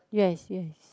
yes yes